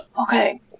okay